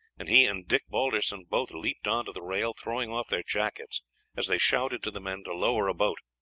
and he and dick balderson both leaped on to the rail, throwing off their jackets as they shouted to the men to lower a boat.